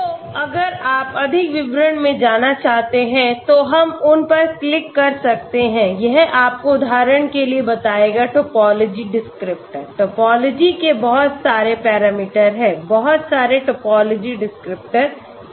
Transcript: तो अगर आप अधिक विवरण में जाना चाहते हैं तो हम उन पर क्लिक कर सकते हैं यह आपको उदाहरण के लिए बताएगा टोपोलॉजी डिस्क्रिप्टर टोपोलॉजी के बहुत सारे पैरामीटर हैं बहुत सारे टोपोलॉजी डिस्क्रिप्टर हैं